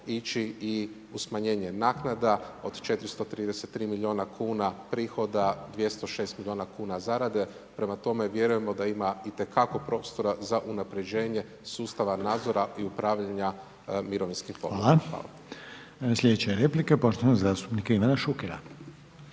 ići i u smanjenje naknada od 433 milijuna kuna prihoda, 206 milijuna kuna zarade prema tome, vjerujemo da imamo itekako prostora za unaprjeđenje sustava nadzora i upravljanja mirovinskim fondovima. Hvala. **Reiner, Željko (HDZ)** Hvala.